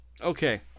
okay